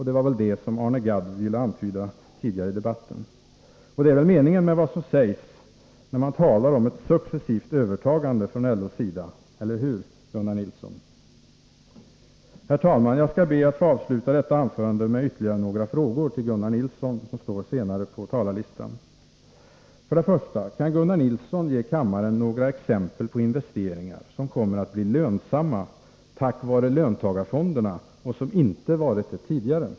Det var väl detta Arne Gadd ville antyda tidigare i debatten. Och det är väl meningen med vad som sägs om ett successivt övertagande från LO:s sida — eller hur, Gunnar Nilsson? Herr talman! Jag skall be att få avsluta detta anförande med ytterligare några frågor till Gunnar Nilsson, som står längre ner på talarlistan: Kan Gunnar Nilsson ge kammaren några exempel på investeringar som kommer att bli lönsamma tack vare löntagarfonderna och som inte varit det tidigare?